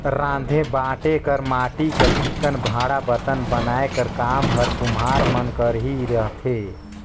राँधे बांटे कर माटी कर चिक्कन भांड़ा बरतन बनाए कर काम हर कुम्हार मन कर ही रहथे